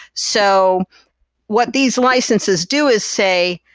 so what these licenses do is say,